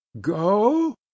go